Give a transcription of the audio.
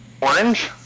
Orange